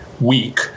week